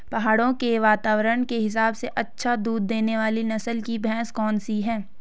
पहाड़ों के वातावरण के हिसाब से अच्छा दूध देने वाली नस्ल की भैंस कौन सी हैं?